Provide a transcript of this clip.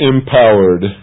empowered